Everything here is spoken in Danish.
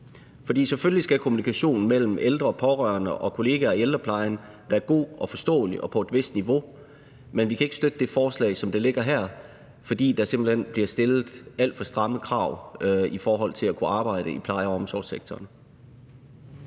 For selvfølgelig skal kommunikationen mellem ældre og pårørende og kolleger i ældreplejen være god og forståelig og på et vist niveau. Men vi kan ikke støtte det forslag, som ligger her, fordi der simpelt hen bliver stillet alt for stramme krav i forhold til at kunne arbejde i pleje- og omsorgssektoren.